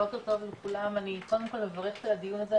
בוקר טוב לכולם, אני קודם כל מברכת על הדיון הזה.